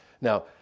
Now